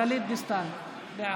גלית דיסטל בעד.